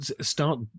start